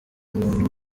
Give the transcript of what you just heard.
umuntu